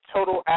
Total